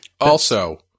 Also-